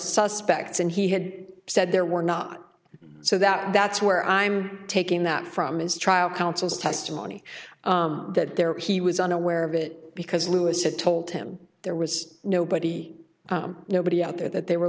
suspects and he had said there were not so that that's where i'm taking that from his trial counsel's testimony that there he was unaware of it because lewis had told him there was nobody nobody out there that they were